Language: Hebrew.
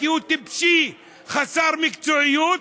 כי הוא טיפשי וחסר מקצועיות.